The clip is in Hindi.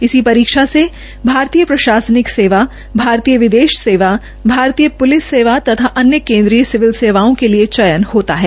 इसी परीक्षासे प्रशासनिक सेवा भारतीय विदेश सेवा भारतीय पुलिस सेवा तथा अन्य केन्द्रिय सविल सेवाओं के लिए चयन होता है